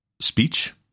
speech